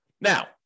Now